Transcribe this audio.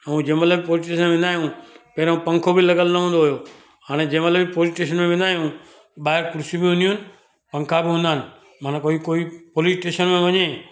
ऐं जंहिं महिल कोच में असां वेंदा आयूं पहिरों पंखो बि लॻियुल न हूंदो हुओ हाणे जे महिल बि पोलिस स्टेशन में वेंदा आहियूं ॿाहिरि कुर्सियूं बि हूंदियूं आहिनि पंखा बि हूंदा आहिनि माना कोई कोई पोलिस स्टेशन में वञे